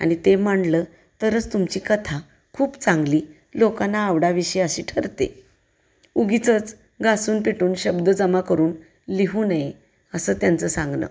आणि ते मांडलं तरच तुमची कथा खूप चांगली लोकांना आकडावीशी अशी ठरते उगीचच घासून पेटून शब्द जमा करून लिहू नये असं त्यांचं सांगनं